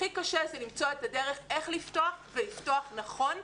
הכי קשה זה למצוא את הדרך איך לפתוח ולפתוח נכון,